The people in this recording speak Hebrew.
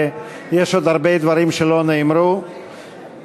ויש עוד הרבה דברים שלא נאמרו לזכותך